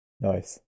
nice